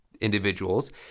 individuals